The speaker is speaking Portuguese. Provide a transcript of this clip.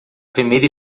primeira